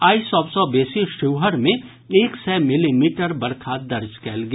आइ सभ सँ बेसी शिवहर मे एक सय मिलीमीटर बरखा दर्ज कयल गेल